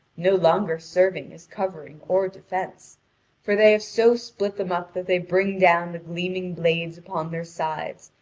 no longer serving as covering or defence for they have so split them up that they bring down the gleaming blades upon their sides,